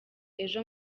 ejo